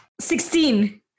Sixteen